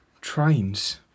Trains